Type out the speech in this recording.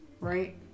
Right